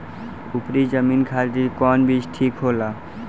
उपरी जमीन खातिर कौन बीज ठीक होला?